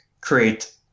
create